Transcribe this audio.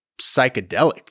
psychedelic